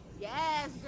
yes